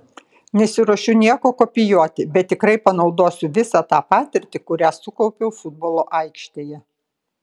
nesiruošiu nieko kopijuoti bet tikrai panaudosiu visą tą patirtį kurią sukaupiau futbolo aikštėje